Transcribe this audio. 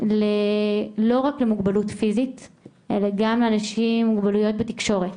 לא רק למוגבלות פיזית אלא גם אנשים עם מוגבלויות בתקשורת,